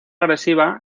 agresiva